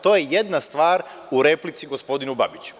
To je jedna stvar u replici gospodinu Babiću.